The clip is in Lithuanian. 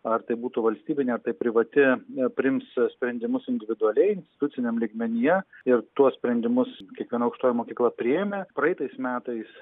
ar tai būtų valstybinė ar tai privati priims sprendimus individualiai instituciniam lygmenyje ir tuos sprendimus kiekviena aukštoji mokykla priėmė praeitais metais